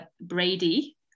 Brady